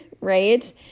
right